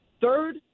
third